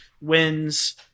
wins